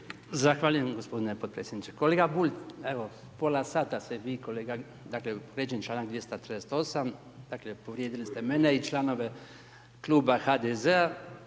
Zahvaljujem gospodine potpredsjedniče. Kolega Bulj, evo pola sata ste vi i kolega, dakle povrijeđen je članak 238. dakle povrijedili ste mene i članove Kluba HDZ-a,